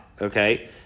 okay